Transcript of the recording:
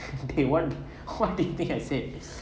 what what did you think I said